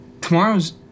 tomorrow's